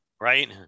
right